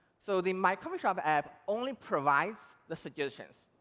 so the my coffee shop app only provides the suggestions.